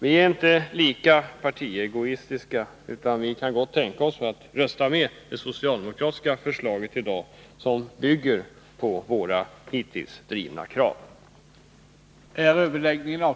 Vi är inte lika partiegoistiska, utan vi kan gott tänka oss att rösta för det socialdemokratiska förslaget, som bygger på våra hittills drivna krav.